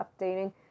updating